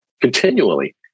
continually